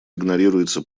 игнорируется